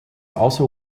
also